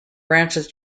branches